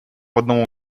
одному